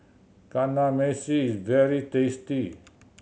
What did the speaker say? kamameshi is very tasty